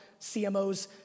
CMOs